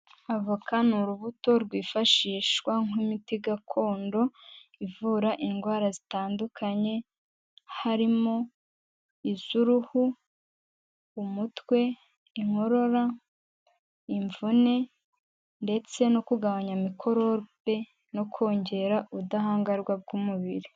Avoka ni urubuto rwifashishwa nk'imiti gakondo ivura indwara zitandukanye, harimo iz'uruhu, umutwe, inkorora, imvune ndetse no kugabanya mikorobe, no kongera ubudahangarwa bw'umubiri.